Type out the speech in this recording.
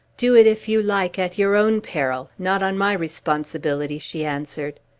do it if you like, at your own peril, not on my responsibility, she answered.